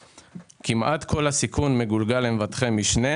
שמוכרת חברת ביטוח מגולגל על מבטחי משנה,